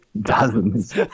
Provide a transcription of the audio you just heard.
Dozens